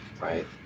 Right